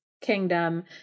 kingdom